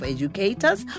Educators